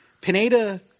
Pineda